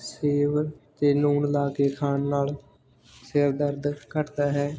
ਸੇਬ 'ਤੇ ਲੂਣ ਲਾ ਕੇ ਖਾਣ ਨਾਲ ਸਿਰ ਦਰਦ ਘੱਟਦਾ ਹੈ